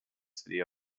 city